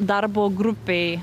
darbo grupėj